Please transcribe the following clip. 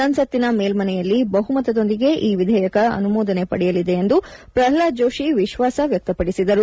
ಸಂಸತ್ತಿನ ಮೇಲ್ಮನೆಯಲ್ಲಿ ಬಹುಮತದೊಂದಿಗೆ ಈ ವಿಧೇಯಕ ಅನುಮೊದನೆ ಪಡೆಯಲಿದೆ ಎಂದು ಪ್ರಹ್ವಾದ್ ಜೋಷಿ ವಿಶ್ವಾಸ ವ್ಯಕ್ತಪಡಿಸಿದರು